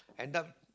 end up